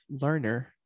learner